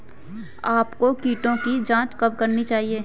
आपको कीटों की जांच कब करनी चाहिए?